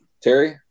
Terry